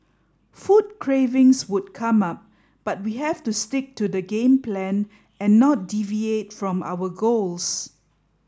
food cravings would come up but we have to stick to the game plan and not deviate from our goals